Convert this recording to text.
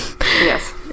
Yes